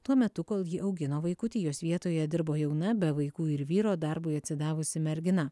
tuo metu kol ji augino vaikutį jos vietoje dirbo jauna be vaikų ir vyro darbui atsidavusi mergina